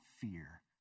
fear